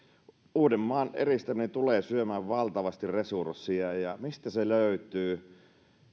uudenmaan eristäminen tulee syömään valtavasti resurssia ja mistä se löytyy